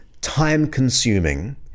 time-consuming